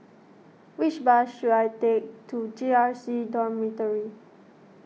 which bus should I take to J R C Dormitory